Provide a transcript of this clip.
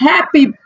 Happy